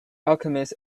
alchemist